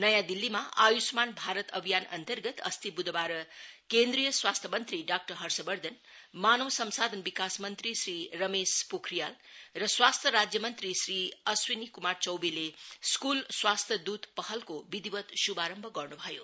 नयाँ दिल्लीमा आय्ष्मान भारत अभियान अन्तर्गत अस्ति ब्धबार केन्द्रीय स्वस्थ्य मंत्री डाक्टर हर्षवर्धन मानव संसाधन विकास मंत्री श्री रमेश पोखरियल र स्वास्थ्य राज्यमंत्री श्री अश्विनी कुमार चौबेले स्कूल स्वस्थ्य दूत पहलको विधिवत् शुभारम्भ गर्न् भयो